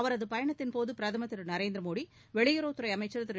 அவரது பயணத்தின் போது பிரதமர் திரு நரேந்திர மோடி வெளியுறவுத் துறை அமைச்சர் திரு